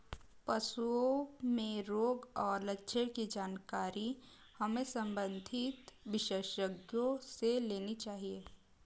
पशुओं में रोग और लक्षण की जानकारी हमें संबंधित विशेषज्ञों से लेनी चाहिए